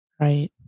right